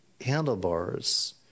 handlebars